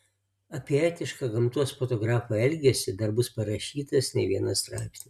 apie etišką gamtos fotografo elgesį dar bus parašytas ne vienas straipsnis